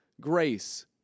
grace